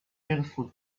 beautiful